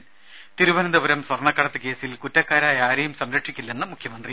ത തിരുവനന്തപുരം സ്വർണ്ണക്കടത്ത് കേസിൽ കുറ്റക്കാരായ ആരെയും സംരക്ഷിക്കില്ലെന്ന് മുഖ്യമന്ത്രി